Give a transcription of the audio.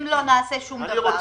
אם לא נעשה דבר.